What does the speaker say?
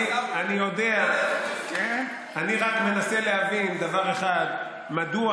אני רק מנסה להבין דבר אחד: מדוע